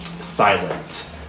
silent